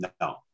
No